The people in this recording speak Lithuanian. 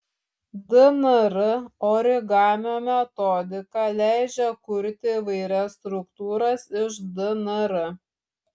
dnr origamio metodika leidžia kurti įvairias struktūras iš dnr